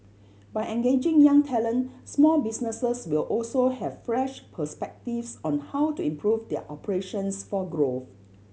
by engaging young talent small businesses will also have fresh perspectives on how to improve their operations for growth